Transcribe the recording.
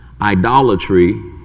Idolatry